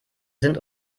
sind